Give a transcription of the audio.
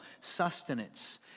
sustenance